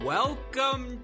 Welcome